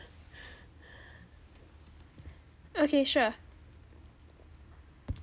okay sure